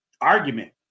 argument